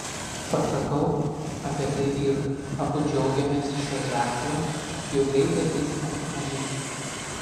pasakau apie tai vyrui abu džiaugiamės šiuo ženklu jau greitai ateis mūsų mažylis